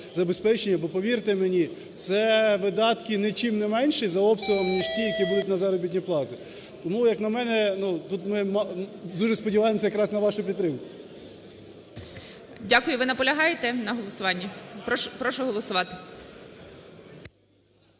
забезпечення. Бо, повірте мені, це видатки нічим не менші за обсяги, ніж ті, які будуть на заробітні плати. Тому як на мене, тут ми дуже сподіваємося якраз на вашу підтримку. ГОЛОВУЮЧИЙ. Дякую. Ви наполягаєте на голосуванні? Прошу голосувати.